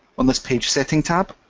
on this page settings tab